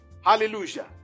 Hallelujah